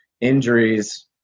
injuries